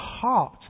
heart